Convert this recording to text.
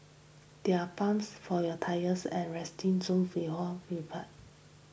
there are pumps for your tyres at resting